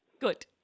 Good